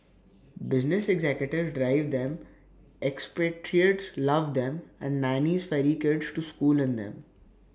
business executives drive them expatriates love them and nannies ferry kids to school in them